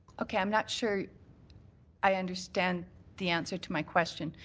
okay, i'm not sure i understand the answer to my question.